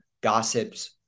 gossips